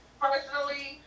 personally